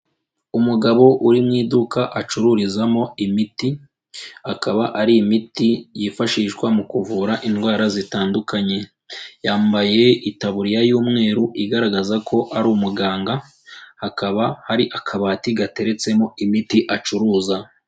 Umugabo uri mu iduka acururizamo imiti, akaba ari imiti yifashishwa mu kuvura indwara zitandukanye, yambaye itaburiya y'umweru igaragaza ko ari umuganga, hakaba hari akabati gateretsemo imiti acuruza.